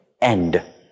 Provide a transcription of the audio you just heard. end